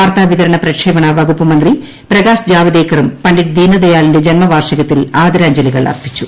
വാർത്താ വിതരണ പ്രക്ഷേപണവകുപ്പ് മന്ത്രി പ്രകാശ് ജാവ്ദേക്കറും പണ്ഡിറ്റ് ദീൻ ദയാലിന്റെ ജന്മവാർഷികത്തിൽ ആദരാഞ്ജലികൾ അർപ്പിച്ചു